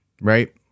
right